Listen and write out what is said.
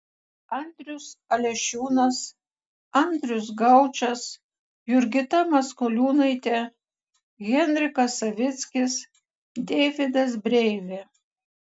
andrius alešiūnas andrius gaučas jurgita maskoliūnaitė henrikas savickis deividas breivė